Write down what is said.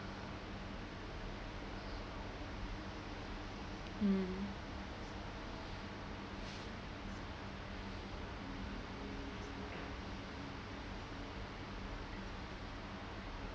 mm